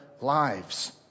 lives